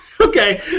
Okay